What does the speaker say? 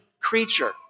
creature